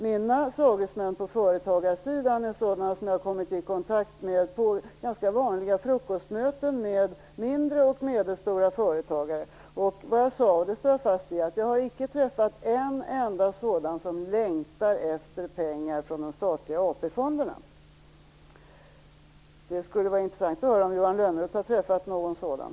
Mina sagesmän på företagarsidan är sådana som jag har kommit i kontakt med på ganska vanliga frukostmöten med företagare med mindre och medelstora företag. Vad jag sade, och det står jag fast vid, var att jag inte har träffat en enda företagare som längtar efter pengar från de statliga AP-fonderna. Det skulle vara intressant att veta om Johan Lönnroth har träffat någon sådan.